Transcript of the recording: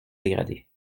dégrader